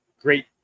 great